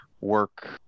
work